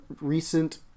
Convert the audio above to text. recent